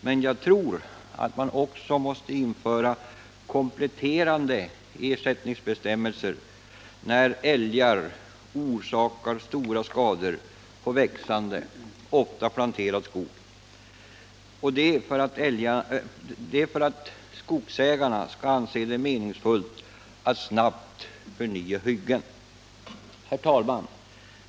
Men jag tror att man också måste införa kompletterande ersättningsbestämmelser när älgar orsakar stora skador på växande, ofta planterad skog, detta för att skogsägarna skall anse det meningsfullt att snabbt förnya hyggen. Herr talman!